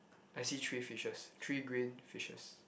I see three fishes three green fishes